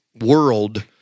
world